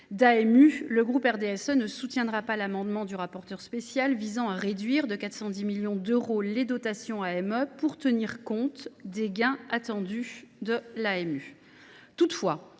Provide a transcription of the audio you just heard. d’AMU, le groupe du RDSE ne soutiendra pas l’amendement du rapporteur spécial visant à réduire de 410 millions d’euros les dotations AME pour tenir compte des gains attendus de l’AMU.